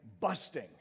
Busting